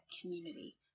community